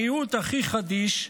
הריהוט הכי חדיש,